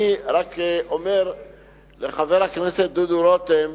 אני רק אומר לחבר הכנסת דודו רותם,